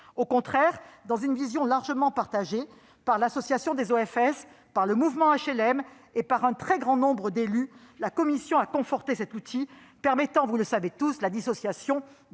Au contraire, dans une vision largement partagée par l'association des OFS, le mouvement HLM et un très grand nombre d'élus de terrain, la commission a conforté cet outil permettant la dissociation